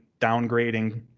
downgrading